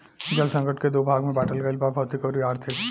जल संकट के दू भाग में बाटल गईल बा भौतिक अउरी आर्थिक